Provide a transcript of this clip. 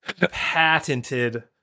patented